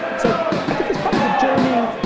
so i think it's partly the journey,